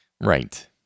Right